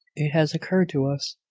it has occurred to us,